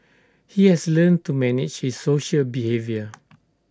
he has learn to manage his social behaviour